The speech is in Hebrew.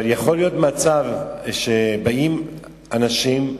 אבל יכול להיות מצב שבאים אנשים,